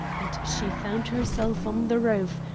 and she found herself on the roof,